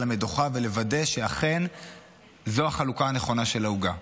המדוכה ולוודא שאכן זו החלוקה הנכונה של העוגה.